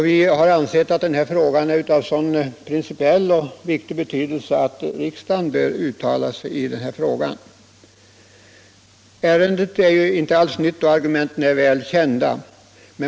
Vi har ansett att den här frågan är av sådan principiell vikt att riksdagen bör göra ett uttalande. Ärendet är inte alls nytt och argumenten är väl kända.